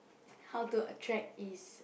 how to attract is